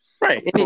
right